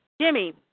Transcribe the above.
Jimmy